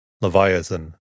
Leviathan